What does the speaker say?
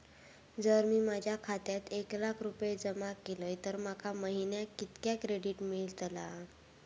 जर मी माझ्या खात्यात एक लाख रुपये जमा केलय तर माका महिन्याक कितक्या क्रेडिट मेलतला?